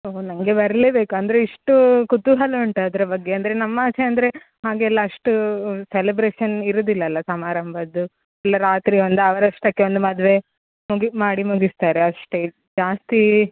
ನಮಗೆ ಬರಲೇ ಬೇಕು ಅಂದರೆ ಇಷ್ಟು ಕುತೂಹಲ ಉಂಟು ಅದರ ಬಗ್ಗೆ ಅಂದರೆ ನಮ್ಮಾಚೆ ಅಂದರೆ ಹಾಗೆಲ್ಲ ಅಷ್ಟು ಸೆಲೆಬ್ರೇಷನ್ ಇರುದಿಲ್ಲ ಅಲ್ಲ ಸಮಾರಂಭದ್ದು ಇಲ್ಲ ರಾತ್ರಿ ಒಂದು ಅವರಷ್ಟಕ್ಕೆ ಒಂದು ಮದುವೆ ಮುಗಿ ಮಾಡಿ ಮುಗಿಸ್ತಾರೆ ಅಷ್ಟೆ ಜಾಸ್ತಿ